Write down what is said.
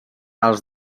als